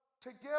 together